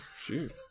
Shoot